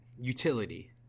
utility